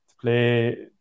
play